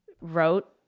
wrote